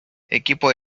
equipo